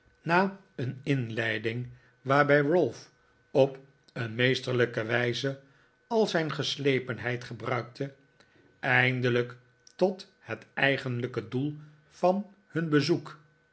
na een inleiding waarbij ralph op een meesterlijke wijze al zijn geslepenheid gebruikte eindelijk tot het eigenlijke doel van hun bezoek